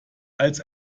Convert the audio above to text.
als